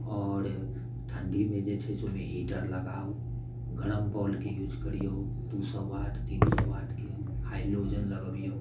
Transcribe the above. आओर ठण्डीमे जे छै से ओइमे हीटर लगाउ गरम बॉलके यूज करियौ दू सए वाट तीन सए वाटके हैलोजन लगबियौ